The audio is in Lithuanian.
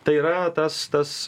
tai yra tas tas